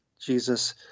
Jesus